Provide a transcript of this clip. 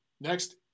Next